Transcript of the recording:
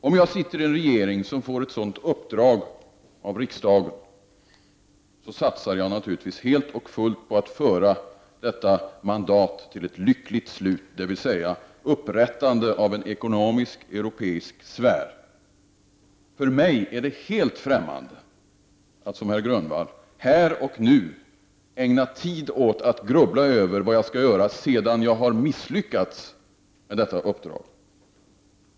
Om jag sitter i en regering som får ett sådant uppdrag av riksdagen satsar jag naturligtvis helt och fullt på att föra detta mandat till ett lyckligt slut, dvs. upprättandet av en ekonomisk europeisk sfär. För mig är det helt främmande att, som herr Grönvall, här och nu ägna mig åt att grubbla över vad jag skall göra sedan jag har misslyckats med detta uppdrag.